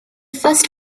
first